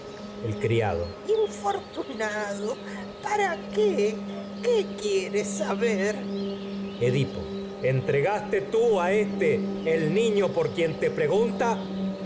el criado infortunado para q ué qué quieres saber edipo entregaste tfi a éste el niño por quien'te pregunta